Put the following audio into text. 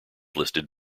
listed